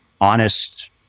honest